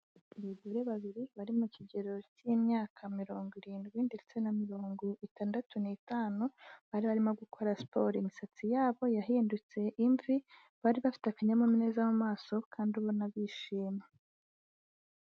Abagore babiri bari mu kigero cy'imyaka mirongo irindwi ndetse na mirongo itandatu n'itanu, bari barimo gukora siporo; imisatsi yabo yahindutse imvi, bari bafite akanyamuneza mu maso kandi ubona bishima.